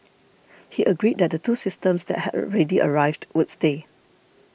he agreed that the two systems that had already arrived would stay